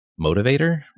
motivator